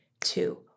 two